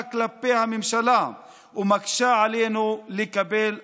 כלפי הממשלה ומקשים עלינו לקבל אחריות,